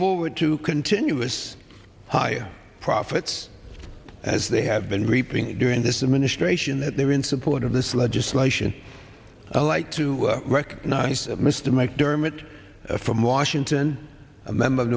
forward to continuous high profits as they have been reaping during this administration that they are in support of this legislation a light to recognize mr mcdermott from washington a member of